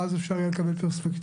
ואז אפשר יהיה לקבל פרספקטיבה.